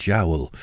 Jowl